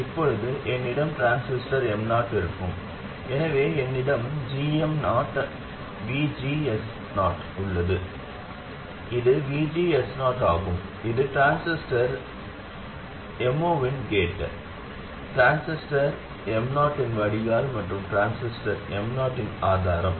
இப்போது என்னிடம் transistor M0 இருக்கும் எனவே என்னிடம் gm0VGS0 உள்ளது இது VGS0 ஆகும் இது டிரான்சிஸ்டர் M0 இன் கேட் டிரான்சிஸ்டர் M0 இன் வடிகால் மற்றும் டிரான்சிஸ்டர் M0 இன் ஆதாரம்